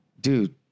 Dude